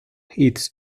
its